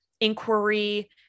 inquiry